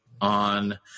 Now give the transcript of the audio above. On